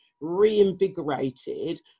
reinvigorated